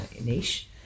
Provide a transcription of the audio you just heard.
niche